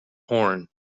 horn